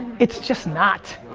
it's just not.